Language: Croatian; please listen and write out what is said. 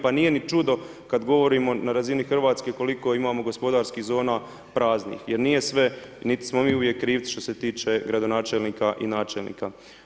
Pa nije čudo kada govorimo na razini Hrvatske koliko imamo gospodarskih zona praznih, jer nije sve, niti smo mi uvijek krivci što se tiče gradonačelnika i načelnika.